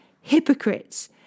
hypocrites